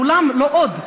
לעולם לא עוד,